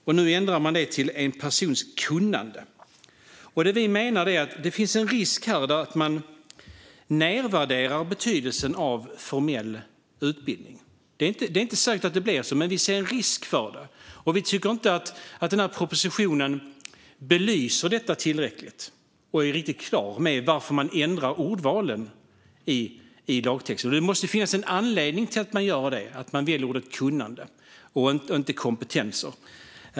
Nu ändrar man det till en persons "kunnande". Vi menar att det finns en risk för att man nedvärderar betydelsen av formell utbildning. Det är inte säkert att det blir så, men vi ser en risk för det. Vi tycker inte att propositionen belyser detta tillräckligt och är riktigt klar med varför man ändrar ordvalen i lagtexten. Det måste finnas en anledning till att man väljer ordet "kunnande" och inte "kompetenser".